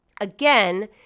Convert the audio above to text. Again